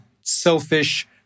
selfish